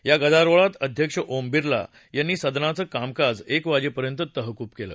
या गदारोळात अध्यक्ष ओम बिर्ला यांनी सदनाचं कामकाज एक वाजेपर्यंत तहकूब केलं